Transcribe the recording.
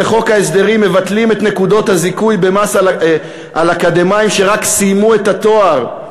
בחוק ההסדרים מבטלים את נקודות הזיכוי במס לאקדמאים שרק סיימו את התואר.